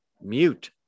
mute